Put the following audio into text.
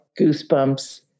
Goosebumps